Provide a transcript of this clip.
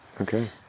Okay